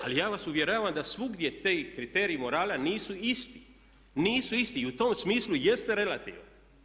Ali ja vas uvjeravam da svugdje ti kriteriji morala nisu isti, nisu isti i u tom smislu jeste relativa.